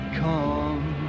come